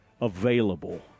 available